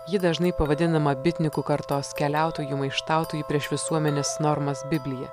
ji dažnai pavadinama bitnikų kartos keliautojų maištautojų prieš visuomenės normas biblija